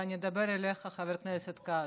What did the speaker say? אני אדבר אליך, חבר הכנסת כץ,